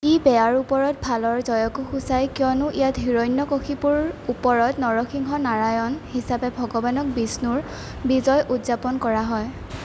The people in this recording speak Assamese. ই বেয়াৰ ওপৰত ভালৰ জয়কো সূচায় কিয়নো ইয়াত হিৰণ্যকশিপুৰ ওপৰত নৰসিংহ নাৰায়ণ হিচাপে ভগৱানক বিষ্ণুৰ বিজয় উদযাপন কৰা হয়